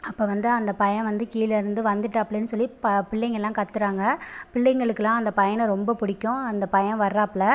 அப்போ வந்து அந்த பைய வந்து கீழே இருந்து வந்துட்டாப்புலனு சொல்லி பிள்ளைங்க எல்லா கத்துறாங்க பிள்ளைகளுக்கு எல்லா அந்த பையன்னா ரொம்ப பிடிக்கு அந்த பைய வராப்புல